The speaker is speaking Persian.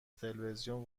تلویزیون